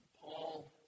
Paul